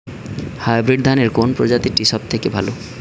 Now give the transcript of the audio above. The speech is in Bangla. হাইব্রিড ধানের কোন প্রজীতিটি সবথেকে ভালো?